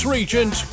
Regent